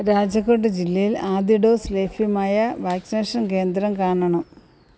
രാജകോട്ട് ജില്ലയിൽ ആദ്യ ഡോസ് ലഭ്യമായ വാക്സിനേഷൻ കേന്ദ്രം കാണണം